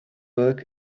work